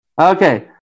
Okay